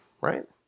right